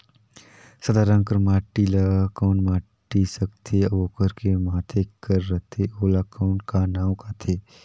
सादा रंग कर माटी ला कौन माटी सकथे अउ ओकर के माधे कर रथे ओला कौन का नाव काथे?